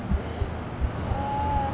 ah